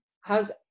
How's